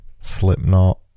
Slipknot